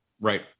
Right